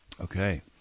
Okay